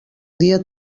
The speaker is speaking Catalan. dia